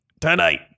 tonight